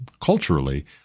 culturally